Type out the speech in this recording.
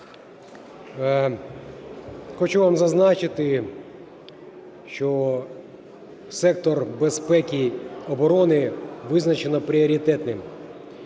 Хочу вам зазначити, що сектор безпеки і оборони визначено пріоритетним.